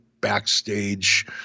backstage